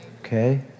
Okay